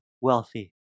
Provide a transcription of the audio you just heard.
wealthy